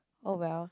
oh well